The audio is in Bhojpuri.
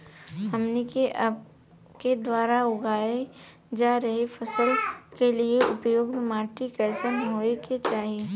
हमन के आपके द्वारा उगाई जा रही फसल के लिए उपयुक्त माटी कईसन होय के चाहीं?